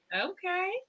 Okay